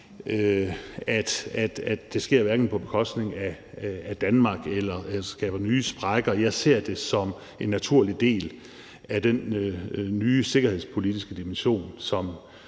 at det sker på bekostning af Danmark eller skaber nye sprækker. Jeg ser det som en naturlig del af den nye sikkerhedspolitiske dimension